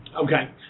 okay